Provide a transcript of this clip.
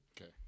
Okay